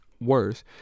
worse